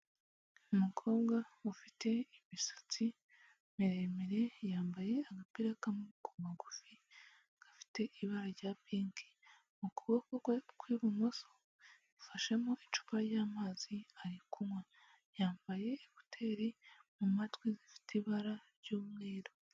Umukobwa ufite imisatsi miremire yambaye agapira k'amaboko magufi gafite ibara rya piki, mu kuboko kwe kw'ibumoso yafashemo icupa ry'amazi ari kunywa yambaye kuteri mu matwi zifite ibara ry'umweru.